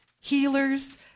healers